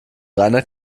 reiner